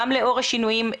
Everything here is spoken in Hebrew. גם לאור השינויים,